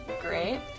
Great